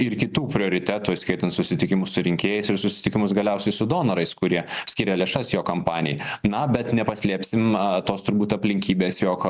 ir kitų prioritetų įskaitant susitikimus su rinkėjais ir susitikimus galiausiai su donorais kurie skiria lėšas jo kampanijai na bet nepaslėpsim a tos turbūt aplinkybės jog